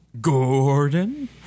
Gordon